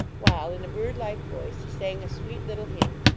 while in a bird-like voice he sang a sweet little hymn,